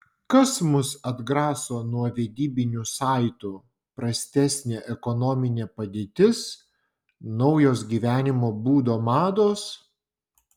kas mus atgraso nuo vedybinių saitų prastesnė ekonominė padėtis naujos gyvenimo būdo mados